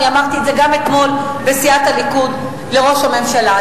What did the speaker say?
אמרתי את זה גם אתמול בסיעת הליכוד לראש הממשלה.